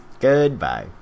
Goodbye